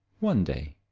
one day.